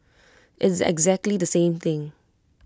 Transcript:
it's exactly the same thing